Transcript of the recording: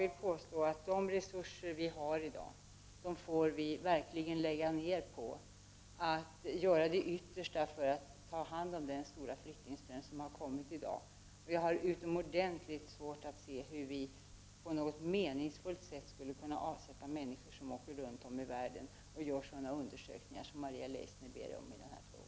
Vi måste göra vårt yttersta att lägga de resurser som vi i dag har på att ta hand om den stora flyktingström som nu kommit. Regeringen har utomordentligt svårt att se hur den på något meningsfullt sätt skulle kunna avsätta resurser till människor som åker runt om i världen och gör sådana undersökningar som Maria Leissner ber om i den här frågan.